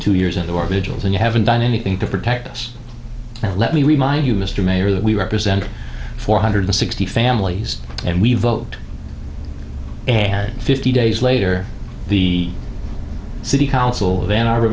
two years ago or vigils and you haven't done anything to protect us let me remind you mr mayor that we represent four hundred sixty families and we vote fifty days later the city council of ann arbor